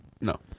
No